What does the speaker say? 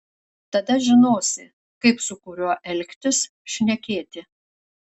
tada žinosi kaip su kuriuo elgtis šnekėti